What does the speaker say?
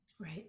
Right